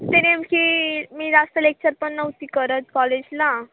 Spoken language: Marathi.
तरी आमची मी जास्त लेक्चर पण नव्हती करत कॉलेजला